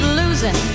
losing